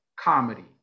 comedy